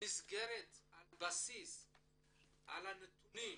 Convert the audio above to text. על בסיס הנתונים,